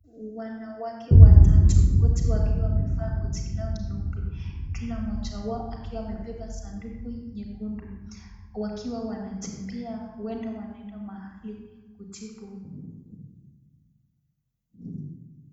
Wanawake watatu wote wakiwa wamevaa koti lao nyeupe kila mmoja wao akiwa amebeba sanduku nyekundu wakiwa wanatembea huenda wanaenda mahali kutibu.